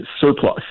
surplus